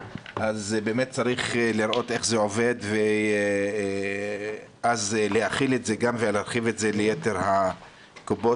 באמת צריך לראות איך זה עובד ולהחיל ולהרחיב את זה ליתר הקופות.